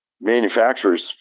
manufacturers